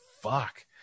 fuck